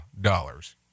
dollars